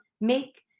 make